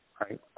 right